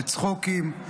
בצחוקים,